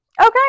Okay